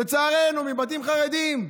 לצערנו, מבתים חרדים,